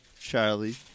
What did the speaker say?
Charlie